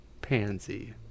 Pansy